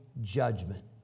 judgment